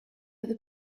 other